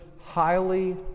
highly